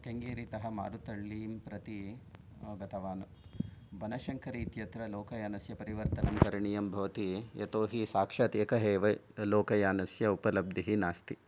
केङ्गेरीतः मारथल्ली प्रति गतवान् बनशङ्करी इत्यत्र लोकयानस्य परिवर्तनं करणीयं भवति यतोहि साक्षात् एकः एव लोकयानस्य उपलब्धिः नास्ति